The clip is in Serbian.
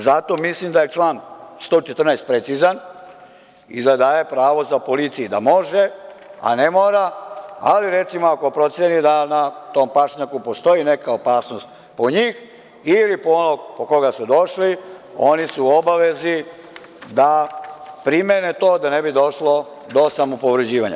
Zato mislim da je član 114. precizan i da daje pravo policiji da može, a ne mora, ali recimo ako proceni da na tom pašnjaku postoji neka opasnost po njih ili po onog po koga su došli, oni su u obavezi da primene to da ne bi došlo do samopovređivanje.